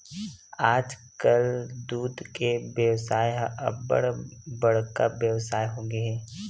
आजकाल दूद के बेवसाय ह अब्बड़ बड़का बेवसाय होगे हे